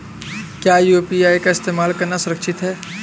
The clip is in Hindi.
क्या यू.पी.आई का इस्तेमाल करना सुरक्षित है?